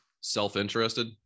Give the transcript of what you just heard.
self-interested